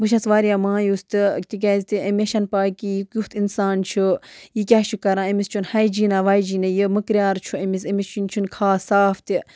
بہٕ چھَس وارِیاہ مایوٗس تہٕ تِکیٛازِ تہِ مےٚ چھَنہٕ پاے کہِ یہِ کیُتھ اِنسان چھُ یہِ کیٛاہ چھُ کَران أمِس چھُنہٕ ہَیجیٖنا ویجیٖنہ یہِ مٔکریار چھُ أمِس أمِس یہِ چھُنہٕ خاص صاف تہِ